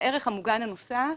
הערך המוגן הנוסף,